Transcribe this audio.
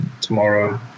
tomorrow